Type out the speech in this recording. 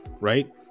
right